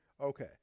Okay